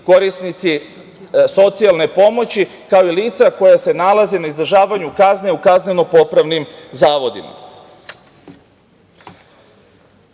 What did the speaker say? korisnici socijalne pomoći, kao i lica koja se nalaze na izdržavanju kazne u kazneno-popravnim zavodima. Takođe,